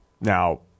Now